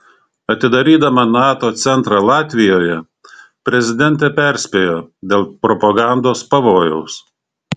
atidarydama nato centrą latvijoje prezidentė perspėjo dėl propagandos pavojaus